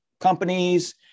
companies